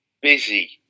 busy